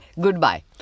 goodbye